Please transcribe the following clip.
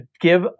give